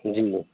جی